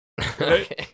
Okay